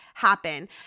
happen